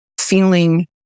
feeling